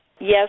Yes